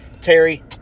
Terry